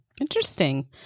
Interesting